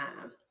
time